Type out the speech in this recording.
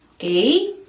Okay